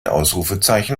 ausrufezeichen